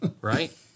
Right